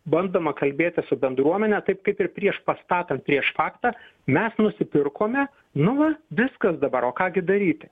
bandoma kalbėtis su bendruomene taip kaip ir prieš pastatant prieš faktą mes nusipirkome nu va viskas dabar o ką gi daryti